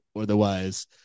Otherwise